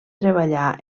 treballar